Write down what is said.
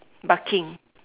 barking